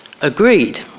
Agreed